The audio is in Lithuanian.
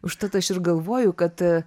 užtat aš ir galvoju kad